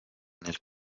nel